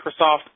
Microsoft